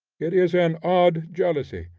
it is an odd jealousy,